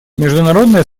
международное